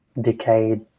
decayed